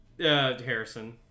Harrison